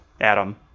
Adam